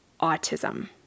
autism